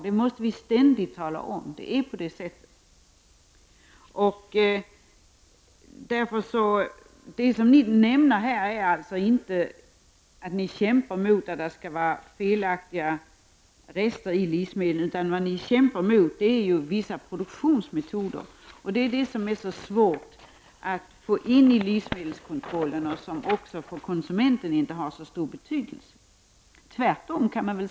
Vi måste ständigt tala om att det förhåller sig på det sättet. Det ni kämpar mot är inte rester i livsmedel utan vissa produktionsmetoder. Detta är sådant som är svårt att reglera med livsmedelskontrollen, och det har också inte så stor betydelse för konsumenten.